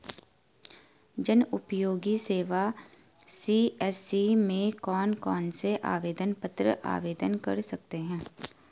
जनउपयोगी सेवा सी.एस.सी में कौन कौनसे आवेदन पत्र आवेदन कर सकते हैं?